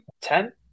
ten